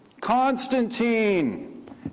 Constantine